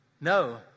No